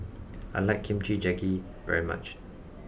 I like Kimchi Jjigae very much